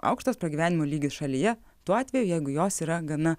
aukštas pragyvenimo lygis šalyje tuo atveju jeigu jos yra gana